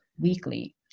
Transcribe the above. weekly